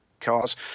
cars